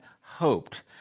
hoped